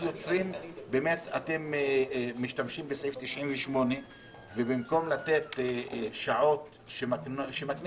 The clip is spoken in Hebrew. אתם משתמשים בסעיף 98 ובמקום לתת שעות שמקנה